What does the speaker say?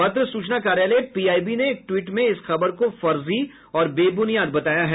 पत्र सूचना कार्यालय पी आई बी ने एक ट्वीट में इस खबर को फर्जी और बेब्रनियाद बताया है